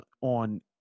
on